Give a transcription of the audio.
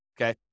okay